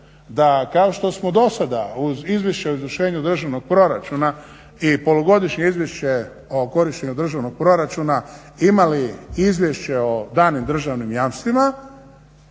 da kao što smo dosada uz Izvješće o izvršenju državnog proračuna i polugodišnje Izvješće o korištenju državnog proračuna imali Izvješće o danim državni jamstvima